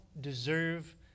deserve